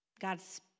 God's